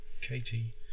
Katie